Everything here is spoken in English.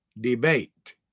debate